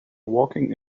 walking